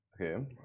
Okay